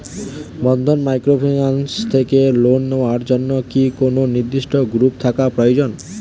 বন্ধন microfinance থেকে loan নেওয়ার জন্য কি কোন নির্দিষ্ট গ্রুপে থাকা প্রয়োজন?